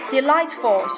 Delightful